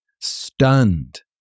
stunned